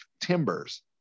timbers